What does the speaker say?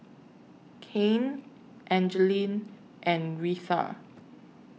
Cain Angeline and Reatha